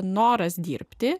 noras dirbti